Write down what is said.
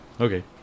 okay